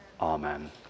Amen